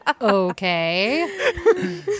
Okay